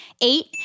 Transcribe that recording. Eight